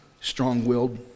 strong-willed